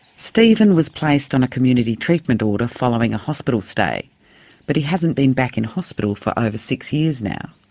stephen was placed on a community treatment order following a hospital stay but he hasn't been back in hospital for over six years now.